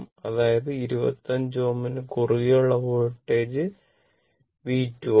അതായത് 25 Ω നു കുറുകെ ഉള്ള വോൾട്ടേജ് V 2 ആണ്